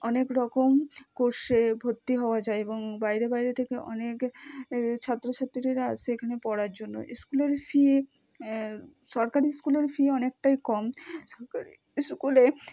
অনেকরকম কোর্সে ভর্তি হওয়া যায় এবং বাইরে বাইরে থেকে অনেক ছাত্রছাত্রীরা আসে এখানে পড়ার জন্য স্কুলের ফি সরকারি স্কুলের ফি অনেকটাই কম সরকারি স্কুলে